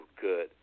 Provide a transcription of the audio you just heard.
good